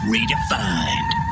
Redefined